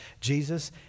jesus